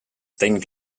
stained